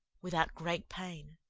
without great pain.